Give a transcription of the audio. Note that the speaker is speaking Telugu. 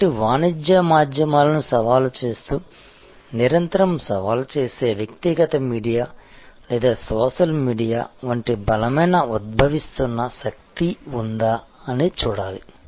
కాబట్టి వాణిజ్య మాధ్యమాలను సవాలు చేస్తూ నిరంతరం సవాలు చేసే వ్యక్తిగత మీడియా లేదా సోషల్ మీడియా వంటి బలమైన ఉద్భవిస్తున్న శక్తి ఉందా అనేది చూడాలి